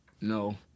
No